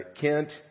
Kent